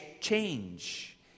change